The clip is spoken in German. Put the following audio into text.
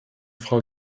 frau